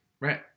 Right